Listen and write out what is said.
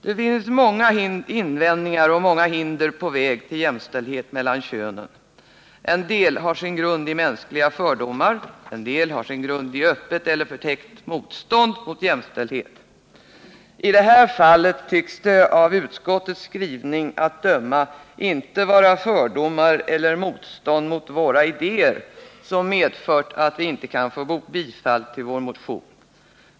Det finns många invändningar mot och många hinder i vägen för jämställdhet mellan könen. En del hinder har sin grund i mänskliga fördomar, en del har sin grund i öppet eller förtäckt motstånd mot jämställdhet. I det här fallet tycks det av utskottets skrivning att döma inte vara fördomar eller motstånd mot våra idéer som medfört att vi inte kan få bifall till vår motion.